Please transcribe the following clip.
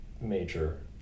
major